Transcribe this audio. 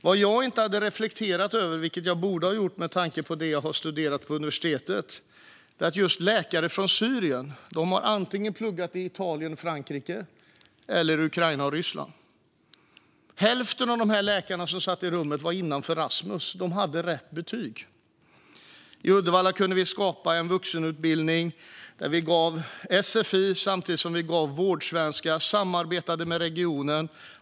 Vad jag inte hade reflekterat över, vilket jag borde ha gjort med tanke på det jag studerat på universitetet, var att just läkare från Syrien har pluggat antingen i Italien och Frankrike eller i Ukraina och Ryssland. Hälften av de läkare som satt i rummet var innanför Erasmus och hade rätt betyg. I Uddevalla kunde vi skapa en vuxenutbildning där vi gav sfi samtidigt som vi gav vårdsvenska och samarbetade med regionen.